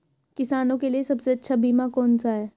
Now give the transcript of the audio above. किसानों के लिए सबसे अच्छा बीमा कौन सा है?